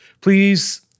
Please